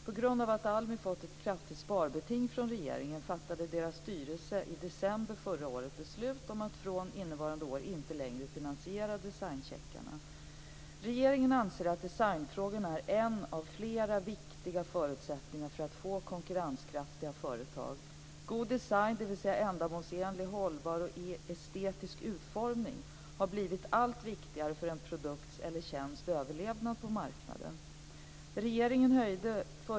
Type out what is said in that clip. På grund av att ALMI fått ett kraftigt sparbeting från regeringen fattade ALMI:s styrelse i december förra året beslut om att från innevarande år inte längre finansiera designcheckarna. Regeringen anser att designfrågorna är en av flera viktiga förutsättningar för att få konkurrenskraftiga företag. God design, dvs. ändamålsenlig, hållbar och estetisk utformning, har blivit allt viktigare för en produkts eller tjänsts överlevnad på marknaden.